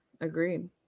agreed